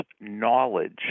knowledge